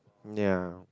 ya